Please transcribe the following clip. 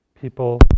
people